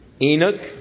Enoch